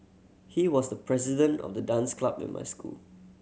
he was the president of the dance club in my school